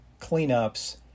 cleanups